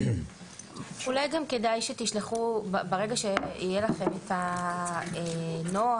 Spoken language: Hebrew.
אולי גם כדאי שברגע שיהיה לכם את הנוהל,